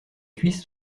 cuisses